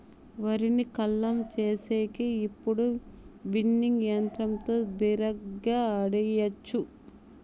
వరిని కల్లం చేసేకి ఇప్పుడు విన్నింగ్ యంత్రంతో బిరిగ్గా ఆడియచ్చు